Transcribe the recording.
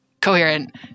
coherent